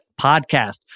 podcast